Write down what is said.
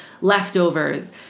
leftovers